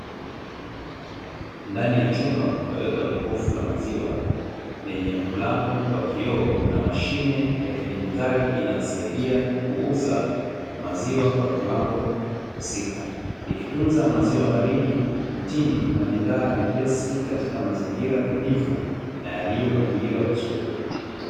Ndani ya chumba kumewekwa jokofu la maziwa lenye mlango wa kioo na mashine ya kidigitali inayosaidia kuuza maziwa kwa kiwango husika ikitunza maziwa baridi, mtindi na bidhaa nyepesi katika mazingira tulivu na yaliyopangiliwa vizuri.